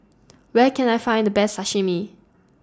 Where Can I Find The Best Sashimi